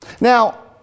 Now